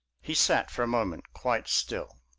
he sat for a moment quite still.